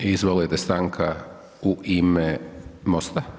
Izvolite stanka u ime MOST-a.